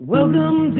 Welcome